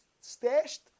stashed